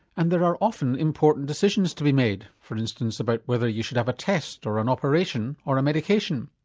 and there are often important decisions to be made, for instance about whether you should have a test or an operation or a medication.